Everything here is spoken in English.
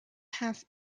half